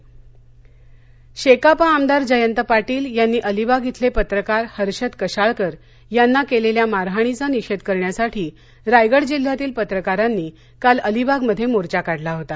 पत्रकार अलिबाग शेकाप आमदार जयंत पाटील यांनी अलिबाग इथले पत्रकार हर्षद कशाळकर यांना केलेल्या मारहाणीचा निषेध करण्यासाठी रायगड जिल्हयातील पत्रकारांनी काल अलिबागमध्ये मोचा काढला होता